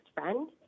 friend